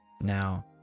Now